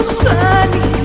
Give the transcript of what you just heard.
sunny